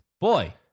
boy